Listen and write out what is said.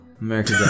America